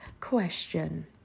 question